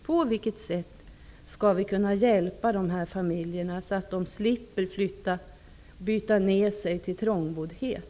På vilket sätt skall vi kunna hjälpa dessa familjer så att de slipper flytta och byta ner sig till trångboddhet?